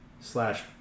slash